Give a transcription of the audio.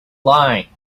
lie